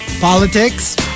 Politics